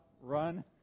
run